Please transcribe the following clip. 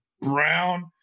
brown